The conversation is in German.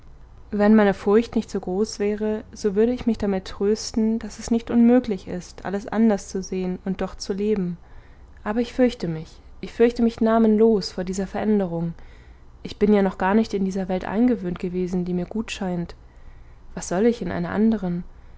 wenn meine furcht nicht so groß wäre so würde ich mich damit trösten daß es nicht unmöglich ist alles anders zu sehen und doch zu leben aber ich fürchte mich ich fürchte mich namenlos vor dieser veränderung ich bin ja noch gar nicht in dieser welt eingewöhnt gewesen die mir gut scheint was soll ich in einer anderen